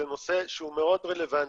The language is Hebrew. בנושא שהוא מאוד רלוונטי,